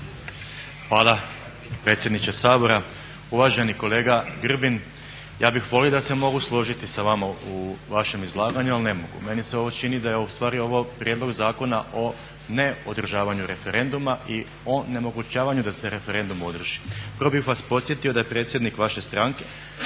Hvala predsjedniče Sabora. Uvaženi kolega Grbin ja bih volio da se mogu složiti sa vama u vašem izlaganju ali ne mogu. Meni se ovo čini da je ustvari ovo prijedlog Zakona o neodržavanju referenduma i o onemogućavanju da se referendum održi. Prvo bih vas podsjetio da je predsjednik vaše stranke